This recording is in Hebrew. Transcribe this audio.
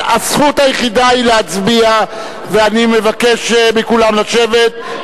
הזכות היחידה היא להצביע, ואני מבקש מכולם לשבת.